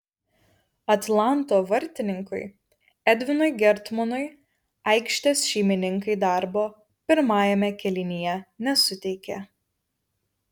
atlanto vartininkui edvinui gertmonui aikštės šeimininkai darbo pirmajame kėlinyje nesuteikė